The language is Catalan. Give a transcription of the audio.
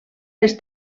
les